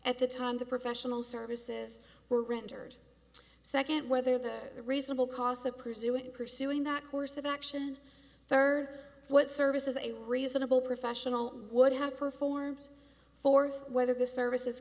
at the time the professional services were rendered second whether the reasonable cost of pursuing pursuing that course of action third what services a reasonable professional would have performed for whether the services